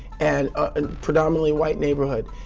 and a predominantly white neighborhood.